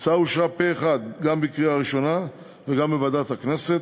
ההצעה אושרה פה אחד גם בקריאה הראשונה וגם בוועדת הכנסת,